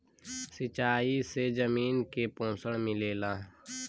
सिंचाई से जमीन के पोषण मिलेला